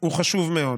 הוא חשוב מאוד.